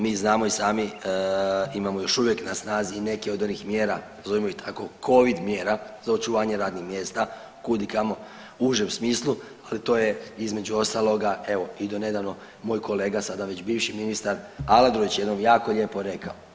Mi znamo i sami imamo još uvijek na snazi neke od onih mjera nazovimo ih tako covid mjera za očuvanje radnih mjesta kud i kamo u užem smislu, ali to je između ostaloga evo i do nedavno moj kolega, sada već bivši ministar Aladrović je jednom jako lijepo rekao.